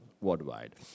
worldwide